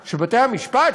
שבתי-המשפט,